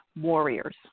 warriors